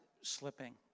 slipping